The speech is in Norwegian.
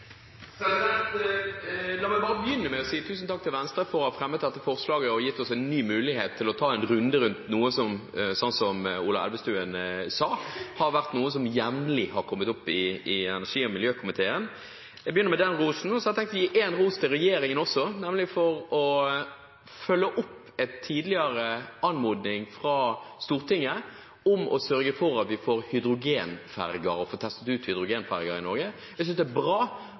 støtte II. La meg begynne med å si tusen takk til Venstre for å ha fremmet dette forslaget og gitt oss en ny mulighet til å ta en runde rundt noe som – som Ola Elvestuen sa – har vært noe som jevnlig har kommet opp i energi- og miljøkomiteen. Jeg begynner med den rosen. Så har jeg tenkt å gi ros til regjeringen også, nemlig for å følge opp en tidligere anmodning fra Stortinget om å sørge for at vi får hydrogenferger og får testet ut hydrogenferger i Norge. Jeg synes det er bra